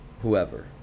whoever